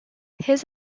his